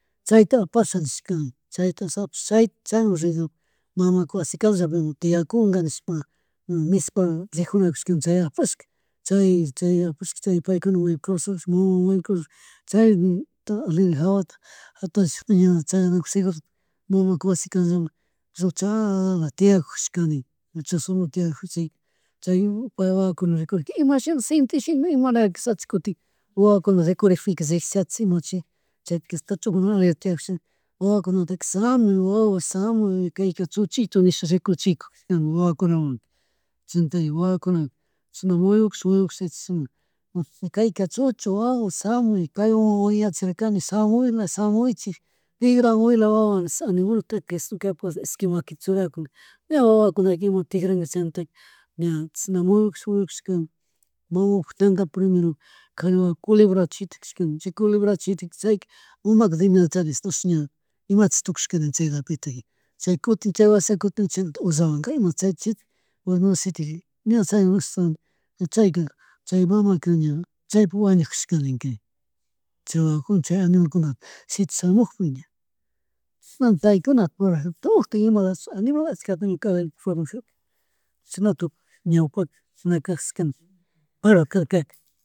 Chayta apasha nishka chayta apash chayta chaymun rinkgapak mamaka wasi canllapimi tiyakunga nishpa nishpa rijuna kashka chay apashka chay apashka chaypa paykunamun may kawsahsh mama mikudor chay aleri jawata jatarish ña chayanakush segurutik mamaka wasi kanllaman lluchalala tiyakushani, lluchasolo tiyakush chayka chaywan upa wawakunaka rikuri imashi shintishina ima layakashachi kutin wawakuna rikurikpika rickshiyachik imachi chaytikarik chuchukuna aleri tiyakusha wawakunataka shamuy wawas, shamuy kayka chuchito nish ricukuchiju kashka nin wawakunamunka chaymantaka wawakuna chishna muyukush muyukush ña chishna kayka chuchu wawash shamuy kawan wiñachirkani shamuyla shamuychik, tigramula wawa nisha animalta capaz ishki maquita churakina ña wawakunaka ima tigranga chaymantaka ña chishna muyukush muyukushkawan mamapak mangata primero, kari wawa culebrata shitakashka ni chay culwbrata shitakquija chayka umaka imacharisk astawanshi imachi tukuychari chay ratito y chay kutin chay kutin chay washa kutin chinalatik ollawanka imachay chitik mamapuk chitakjika ña chaywan ashtawan chayka chay mamaka chaypuk wañujashka ninka ña chay wawakuna chay animalkuna shitashamukpi ña chishnami chaykunata parladorka tukyu imatikshi animal chashna tukuy ñawpaka chashna kajashka nin, parladorkarkaka